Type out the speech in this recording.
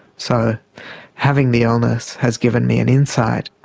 so having the illness has given me an insight.